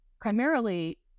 primarily